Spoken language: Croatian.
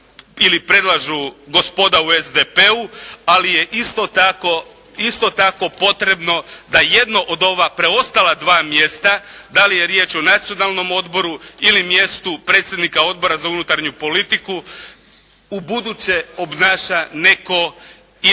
ili predlažu gospoda u SDP-u, ali je isto tako potrebno da jedno od ova preostala dva mjesta, da li je riječ o nacionalnom odboru ili mjestu predsjednika Odbora za unutarnju politiku ubuduće obnaša netko iz